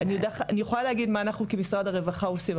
אני יכולה להגיד מה אנחנו כמשרד הרווחה עושים.